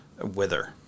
wither